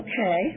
okay